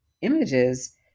images